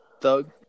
thug